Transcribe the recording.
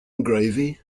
gravy